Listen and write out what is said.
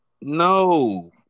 No